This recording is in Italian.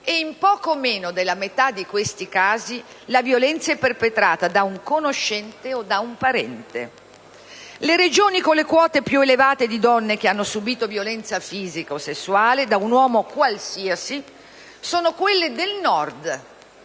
e in poco meno della metà di questi casi la violenza è perpetrata da un conoscente o da un parente. Le Regioni con le quote più elevate di donne che hanno subìto violenza fisica o sessuale da un uomo qualsiasi sono quelle del Nord